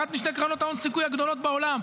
אחת משתי קרנות ההון-סיכון הגדולות בעולם,